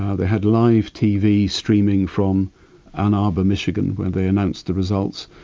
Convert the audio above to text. ah they had live tv streaming from ann arbor, michigan, where they announced the results.